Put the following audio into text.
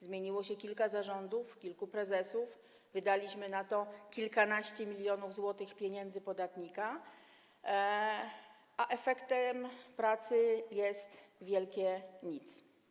Zmieniło się kilka zarządów, kilku prezesów, wydaliśmy na to kilkanaście milionów złotych z pieniędzy podatników, a efektem pracy jest wielkie nic.